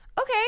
okay